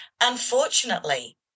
unfortunately